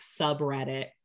subreddit